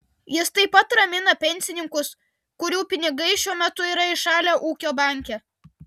jis taip pat ramina pensininkus kurių pinigai šiuo metu yra įšalę ūkio banke